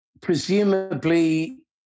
presumably